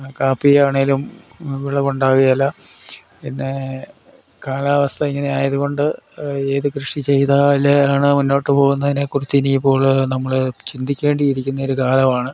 കാപ്പിയാണെങ്കിലും വിളവ് ഉണ്ടാകുകയില്ല പിന്നെ കാലാവസ്ഥ ഇങ്ങനെ ആയതുകൊണ്ട് ഏത് കൃഷി ചെയ്താൽ ആണ് മുന്നോട്ട് പോകുക എന്നതിനെ കുറി ച്ച്ച്ചു ഇനി ഇപ്പോൾ നമ്മൾ ചിന്തിക്കേണ്ടി ഇരിക്കുന്ന ഒരു കാലമാണ്